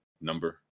number